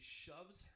shoves